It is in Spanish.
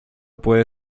puede